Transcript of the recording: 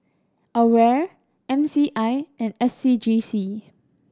AWARE M C I and S C G C